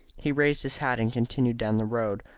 he raised his hat and continued down the road,